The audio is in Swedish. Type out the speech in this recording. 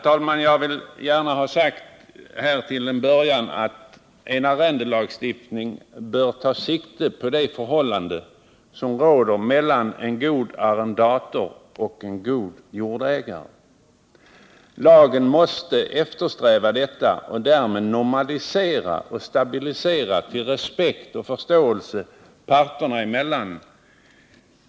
Till en början vill jag framhålla att en arrendelagstiftning bör ta sikte på det förhållande som råder mellan en god arrendator och en god jordägare. Lagen måste eftersträva detta och därmed normalisera och stabilisera till respekt och förståelse parterna emellan.